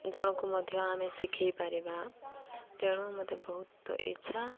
ଜଣଙ୍କୁ ମଧ୍ୟ ଆମେ ଶିଖେଇ ପାରିବା ତେଣୁ ମୋତେ ବହୁତ ଇଚ୍ଛା